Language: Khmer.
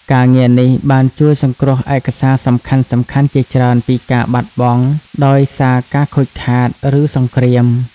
ការងារនេះបានជួយសង្គ្រោះឯកសារសំខាន់ៗជាច្រើនពីការបាត់បង់ដោយសារការខូចខាត ឬសង្គ្រាម។